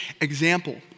example